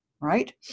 right